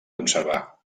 conservar